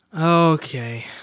Okay